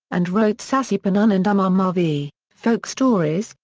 and wrote sassi punnun and umar marvi, folk stories,